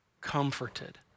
comforted